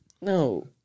No